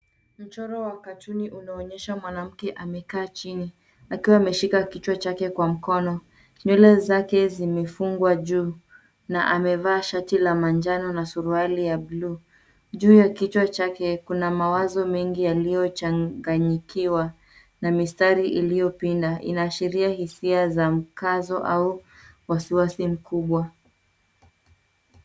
Mchoro wa katuni unaonyesha mwanamke amekaa chini, akiwa ameshika kichwa chake kwa mkono. Nywele zake zimefungwa juu na amevaa shati la manjano na suruali ya bluu. Juu ya kichwa chake kuna mawazo mengi yaliyochanganyikiwa na mistari iliyopinda inaashiria hisia za mkazo au wasiwasi mkubwa.